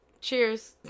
cheers